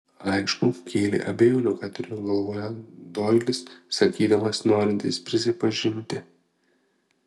aišku kėlė abejonių ką turėjo galvoje doilis sakydamas norintis prisipažinti